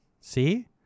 see